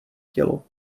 tělo